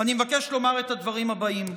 אני מבקש לומר את הדברים הבאים: